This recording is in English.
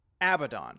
Abaddon